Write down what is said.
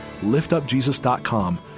liftupjesus.com